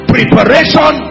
Preparation